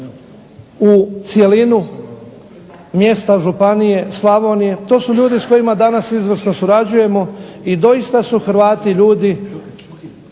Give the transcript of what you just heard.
u sredinu mjesta, županije, Slavonije, to su ljudi s kojima danas izvrsno surađujemo i doista su Hrvati ljudi